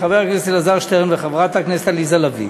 חבר הכנסת אלעזר שטרן וחברת הכנסת עליזה לביא,